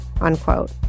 unquote